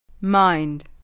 Mind